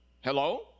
Hello